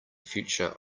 future